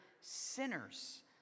sinners